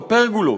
בפרגולות.